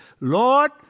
Lord